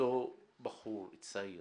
שאותו בחור צעיר